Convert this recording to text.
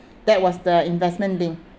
that was the investment linked